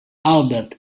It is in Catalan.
albert